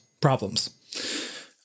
problems